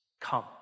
come